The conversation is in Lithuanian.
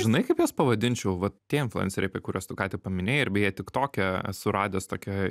žinai kaip juos pavadinčiau va tie influenceriai apie kuriuos tu ką tik paminėjai ir beje tiktoke esu radęs tokią